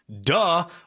Duh